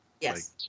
Yes